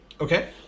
Okay